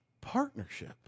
partnership